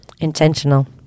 intentional